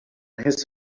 his